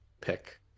pick